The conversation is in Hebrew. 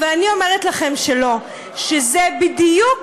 אבל אני אומרת לכם שלא, שזה בדיוק